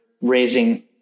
raising